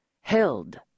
held